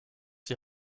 die